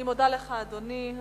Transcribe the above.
אני מודה לך, אדוני.